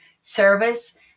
service